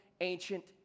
ancient